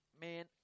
man